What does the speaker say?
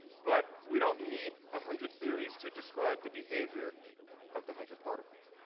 but we don't need a hundred theories to describe the behavior of the hundred particles.